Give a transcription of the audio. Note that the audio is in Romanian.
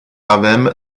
avem